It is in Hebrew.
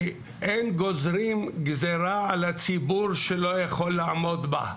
אין גוזרים גזרה על הציבור שלא יכול לעמוד בה.